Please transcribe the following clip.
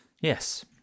Yes